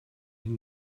hin